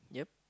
yup